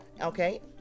Okay